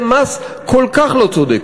זה מס כל כך לא צודק,